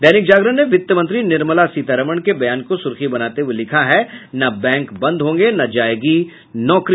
दैनिक जागरण ने वित्त मंत्री निर्मला सीतारमण के बयान को सुर्खी बनाते हुये लिखा है न बैंक बंद होंगे न जायेगी नौकरी